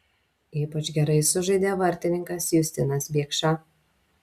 ypač gerai sužaidė vartininkas justinas biekša